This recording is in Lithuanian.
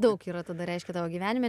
daug yra tada reiškia tavo gyvenime